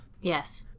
Yes